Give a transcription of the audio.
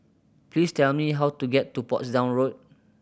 please tell me how to get to Portsdown Road